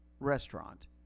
Restaurant